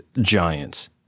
giants